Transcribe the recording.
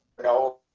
know,